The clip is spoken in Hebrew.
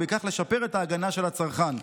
ובכך לשפר את ההגנה על הצרכן.